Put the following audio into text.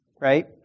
Right